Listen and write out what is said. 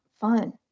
fun